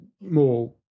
more